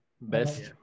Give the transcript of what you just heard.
Best